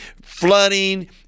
flooding